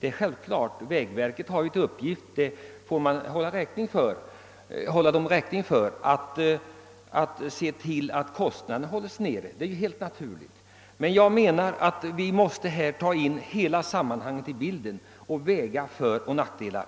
Det är helt naturligt, ty vägverket har till uppgift — och det får man hålla det räkning för — att se till att kostnaderna hålls nere. Jag menar emellertid att vi måste föra in hela sammanhanget i bilden och väga fördelar mot nackdelar.